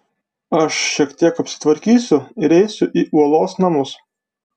aš šiek tiek apsitvarkysiu ir eisiu į uolos namus